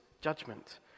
judgment